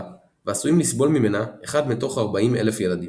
ועשויים לסבול ממנה 1 מתוך 40,000 ילדים.